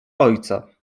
ojca